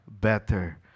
better